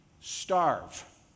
starve